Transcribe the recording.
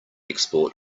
export